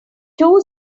two